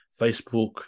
facebook